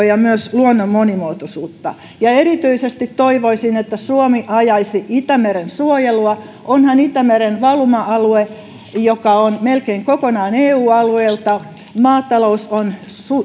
ja myös luonnon monimuotoisuutta ja erityisesti toivoisin että suomi ajaisi itämeren suojelua onhan itämeren valuma alueella joka on melkein kokonaan eu alueella maatalous